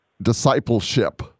discipleship